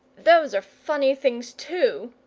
those are funny things, too,